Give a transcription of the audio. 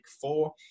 four